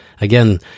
Again